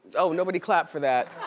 oh, nobody clapped for that.